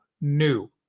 new